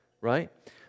right